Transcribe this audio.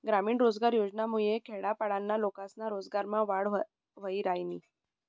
ग्रामीण रोजगार योजनामुये खेडापाडाना लोकेस्ना रोजगारमा वाढ व्हयी रायनी